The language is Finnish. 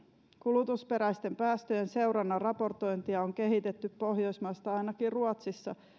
kulutusperäisten päästöjen seurannan raportointia on kehitetty pohjoismaista ainakin ruotsissa